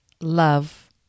love